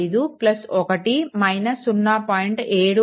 5 1 - 0